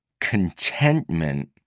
contentment